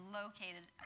located